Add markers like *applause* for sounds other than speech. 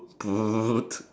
*noise*